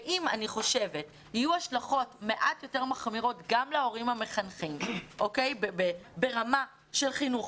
ואם יהיו השלכות מעט יותר מחמירות גם להורים המחנכים ברמה של חינוך,